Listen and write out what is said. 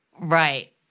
Right